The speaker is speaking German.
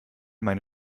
meine